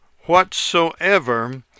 whatsoever